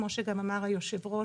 כמו שגם אמר היושב ראש,